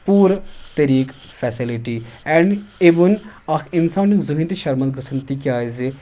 پوٗرٕ طٔریٖقہٕ facility and even اَکھ اِنسان یُس زٕہٕنۍ تہِ شرمنٛد گَژھان تِکیازِ